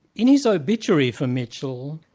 in his obituary for mitchell,